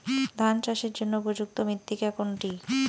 ধান চাষের জন্য উপযুক্ত মৃত্তিকা কোনটি?